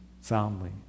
soundly